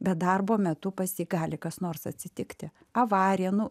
bet darbo metu pas jį gali kas nors atsitikti avarija nuo